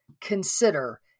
consider